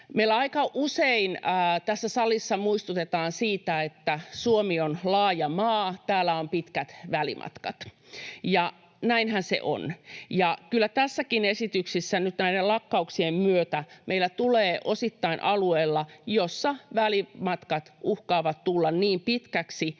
Meillä aika usein tässä salissa muistutetaan siitä, että Suomi on laaja maa, täällä on pitkät välimatkat, ja näinhän se on. Ja kyllä tässäkin esityksessä nyt näiden lakkautuksien myötä meillä tulee osittain alueita, joissa välimatkat uhkaavat tulla niin pitkiksi,